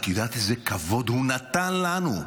את יודעת איזה כבוד הוא נתן לנו?